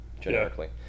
generically